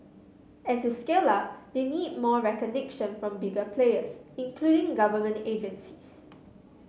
and to scale up they need more recognition from bigger players including government agencies